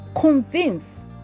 Convince